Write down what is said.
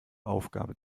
aufgabe